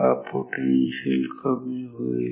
हा पोटेन्शियल कमी होईल